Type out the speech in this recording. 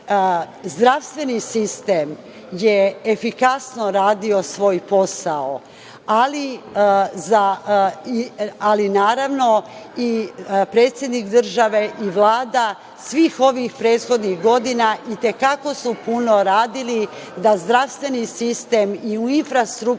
kriti. Zdravstveni sistem je efikasno radio svoj posao, ali naravno, i predsednik države i Vlada svih ovih prethodnih godina i te kako su puno radili da zdravstveni sistem i infrastrukturnom